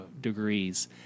degrees